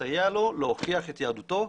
לסייע לו להוכיח את יהדותו.